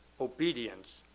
obedience